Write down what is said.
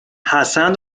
حسن